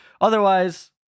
Otherwise